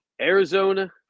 Arizona